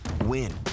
win